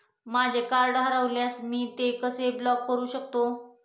माझे कार्ड हरवल्यास मी ते कसे ब्लॉक करु शकतो?